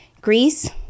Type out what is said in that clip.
Greece